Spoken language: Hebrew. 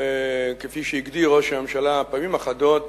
וכפי שהגדיר ראש הממשלה פעמים אחדות